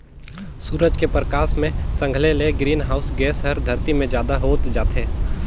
सूरज के परकास मे संघले ले ग्रीन हाऊस गेस हर धरती मे जादा होत जाथे